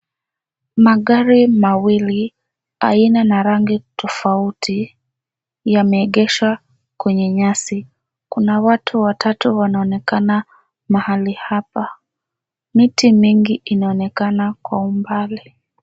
Magari mawili, aina na rangi tofauti, yameegeshwa kwenye nyasi. Kuna watu watatu wanaonekana mahali hapa. Miti mingi inaonekana kwa umbali.